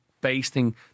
basting